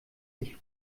sich